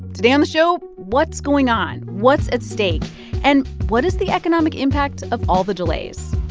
today on the show, what's going on, what's at stake and what is the economic impact of all the delays